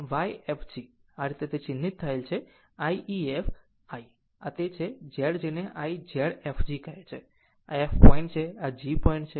આમ આ રીતે તે ચિહ્નિત થયેલ છે I I ef I આ તે છે અને Z જેને આ Zfg કહે છે આ f પોઇન્ટ છે અને આ g પોઇન્ટ છે